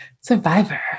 Survivor